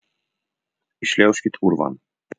įšliaužkit urvan